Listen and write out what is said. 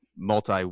multi